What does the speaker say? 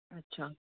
ਅੱਛਾ